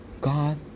God